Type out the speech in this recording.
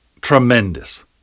Tremendous